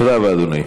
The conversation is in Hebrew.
תודה רבה, אדוני.